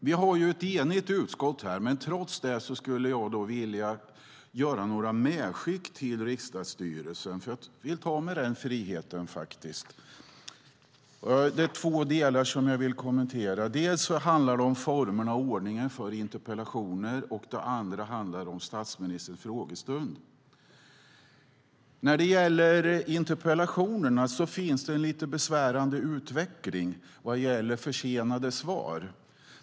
Det är ett enigt utskott, men trots det skulle jag vilja göra några medskick till riksdagsstyrelsen. Jag vill ta mig den friheten. Det är två delar jag vill kommentera. Dels handlar det om formerna och ordningen för interpellationer, dels handlar det om statsministerns frågestund. När det gäller interpellationerna finns det en lite besvärande utveckling av försenade svar.